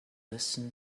listen